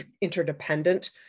interdependent